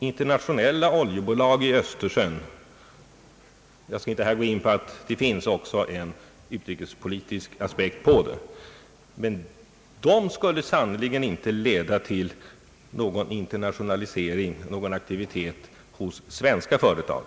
Internationella oljebolag i Östersjön — jag skall inte gå in på att det också finns en utrikespolitisk aspekt i detta sammanhang — skulle sannerligen inte leda till någon ökad aktivitet hos svenska företag.